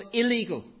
illegal